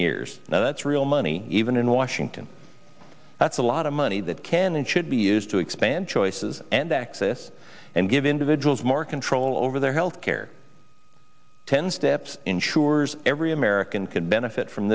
years now that's real money even in washington that's a lot of money that can and should be used to expand choices and access and give individuals more control over their health care ten steps ensures every american can benefit from